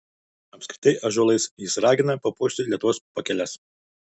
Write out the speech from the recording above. apskritai ąžuolais jis ragina papuošti lietuvos pakeles